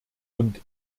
und